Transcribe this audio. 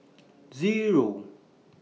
Zero